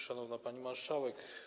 Szanowna Pani Marszałek!